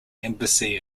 embassy